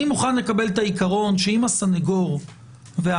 אני מוכן לקבל את העיקרון שאם הסנגור והעצור